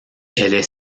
est